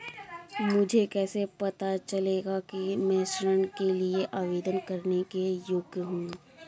मुझे कैसे पता चलेगा कि मैं ऋण के लिए आवेदन करने के योग्य हूँ?